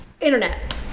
Internet